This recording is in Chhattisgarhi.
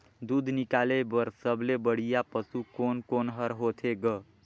दूध निकाले बर सबले बढ़िया पशु कोन कोन हर होथे ग?